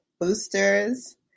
boosters